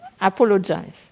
apologize